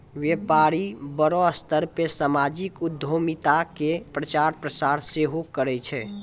व्यपारी बड़ो स्तर पे समाजिक उद्यमिता के प्रचार प्रसार सेहो करै छै